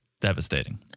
devastating